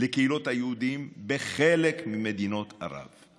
לקהילות היהודיות בחלק ממדינות ערב.